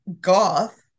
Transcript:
goth